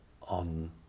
on